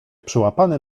przyłapany